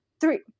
three